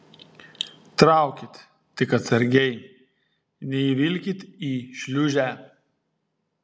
traukit tik atsargiai neįvilkit į šliūžę